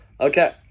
Okay